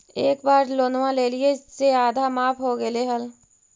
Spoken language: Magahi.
एक बार लोनवा लेलियै से आधा माफ हो गेले हल?